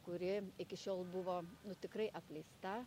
kuri iki šiol buvo nu tikrai apleista